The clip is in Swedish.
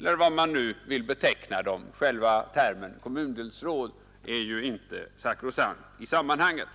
eller vad man nu vill kalla dem — själva termen kommundelsråd är ju inte sakrosankt i sammanhanget.